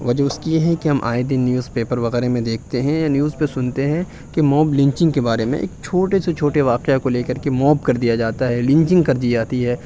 وجہ اس کی یہ ہے ہم آئے دن نیوز پیپر وغیرہ میں دیکھتے ہیں نیوز پہ سنتے ہیں کہ موب لنچنگ کے بارے میں ایک چھوٹے سے چھوٹے واقعہ کو لے کر کے موب کر دیا جاتا ہے لنچنگ کر دی جاتی ہے